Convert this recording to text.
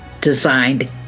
designed